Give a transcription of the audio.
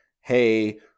hey